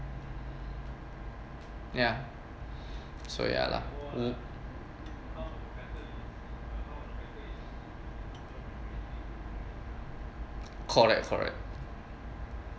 ya so ya lah uh correct correct